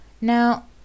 Now